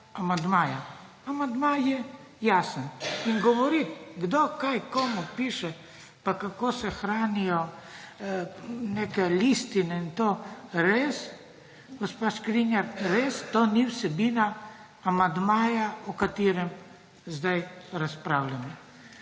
Amandma je jasen. In govoriti, kdo kaj komu piše, pa kako se hranijo neke listine in to, res, gospa Škrinjar, to ni vsebina amandmaja, o katerem zdaj razpravljamo.